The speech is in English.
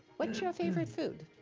what's your favorite food?